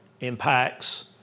impacts